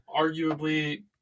arguably